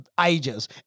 ages